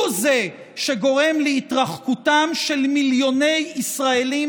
הוא שגורם להתרחקותם של מיליוני ישראלים